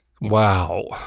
Wow